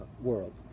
world